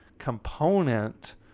component